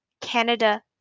Canada